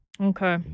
Okay